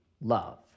love